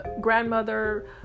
grandmother